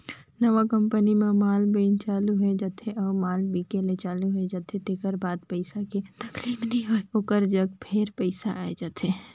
नवा कंपनी म माल बइन चालू हो जाथे अउ माल बिके ले चालू होए जाथे तेकर बाद पइसा के तकलीफ नी होय ओकर जग फेर पइसा आए जाथे